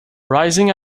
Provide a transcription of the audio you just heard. rising